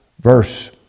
verse